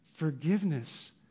forgiveness